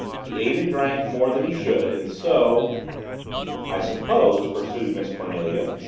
he ate and drank more than he should, and so i suppose, pursued miss cornelia,